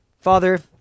Father